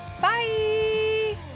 bye